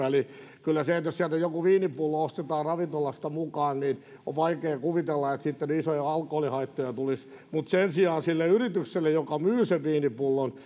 eli jos sieltä ravintolasta joku viinipullo ostetaan mukaan niin on vaikea kuvitella että siitä isoja alkoholihaittoja tulisi mutta sen sijaan sille yritykselle joka myy sen viinipullon